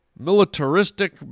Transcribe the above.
militaristic